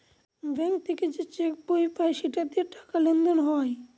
bank থেকে যে cheque বই পায় সেটা দিয়ে টাকা লেনদেন হয়